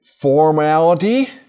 formality